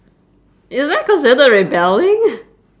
is that considered rebelling